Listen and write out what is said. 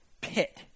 pit